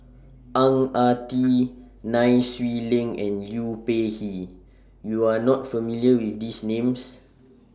Ang Ah Tee Nai Swee Leng and Liu Peihe YOU Are not familiar with These Names